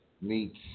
meets